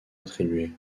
attribué